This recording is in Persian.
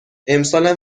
امسالم